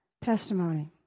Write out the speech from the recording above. testimony